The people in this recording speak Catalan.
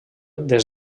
des